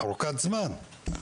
ארוכת זמן.